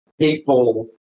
people